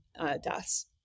deaths